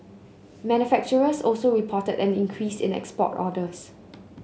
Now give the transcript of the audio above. manufacturers also reported an increase in export orders